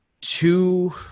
two